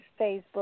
Facebook